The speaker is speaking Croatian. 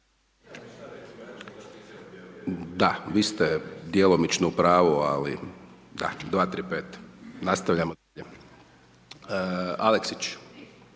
Da, vi ste djelomično u pravu, ali da, 235. Nastavljamo. Aleksić,